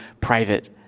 private